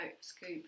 scoop